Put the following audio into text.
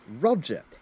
Roger